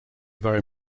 very